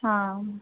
ஆ